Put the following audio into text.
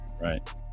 Right